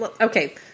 okay